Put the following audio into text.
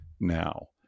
now